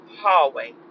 hallway